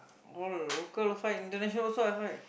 all local fight international also I fight